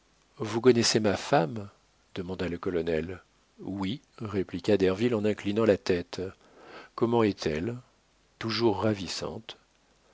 vous connaissez ma femme demanda le colonel oui répliqua derville en inclinant la tête comment est-elle toujours ravissante